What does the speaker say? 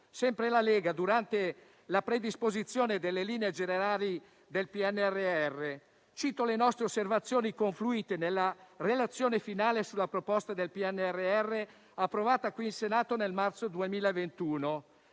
sempre la Lega, durante la predisposizione delle linee generali del PNRR. Cito le nostre osservazioni confluite nella relazione finale sulla proposta del PNRR approvata qui in Senato nel marzo 2021.